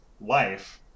life